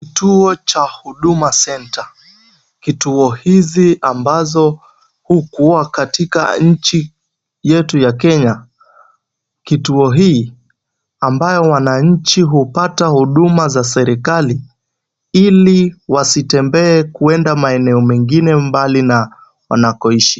Kituo cha Huduma Center . Kituo hizi ambazo hukuwa katika nchi yetu ya Kenya. Kituo hii ambayo wananchi hupata huduma za serikali, ili wasitembee kwenda maeneo mengine mbali na wanakoishi.